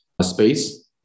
space